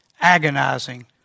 agonizing